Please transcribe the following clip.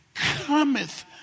Cometh